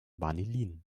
vanillin